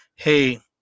Hey